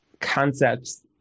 concepts